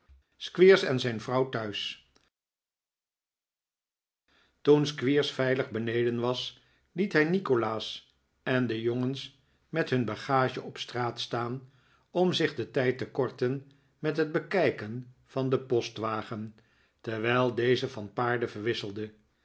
squeers en zijn vrouw thuis toen squeers veilig beneden was liet hij nikolaas en de jongens met hun bagage op straat staan om zich den tijd te kortenmet het bekijken van den postwagen terwijl deze van paarden verwisselde